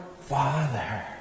Father